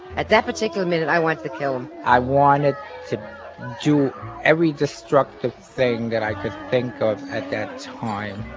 at that particular minute, i wanted to kill him i wanted to do every destructive thing that i could think of at that time